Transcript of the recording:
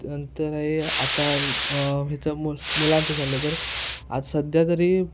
नंतर हे आता हिचं मु मुलांचं चाललं तर आज सध्या तरी